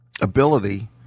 ability